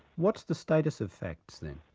what's the status of facts then?